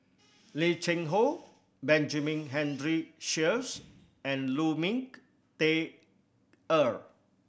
Lim Cheng Hoe Benjamin Henry Sheares and Lu Ming Teh Earl